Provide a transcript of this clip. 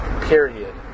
Period